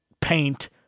paint